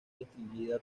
restringida